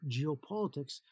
geopolitics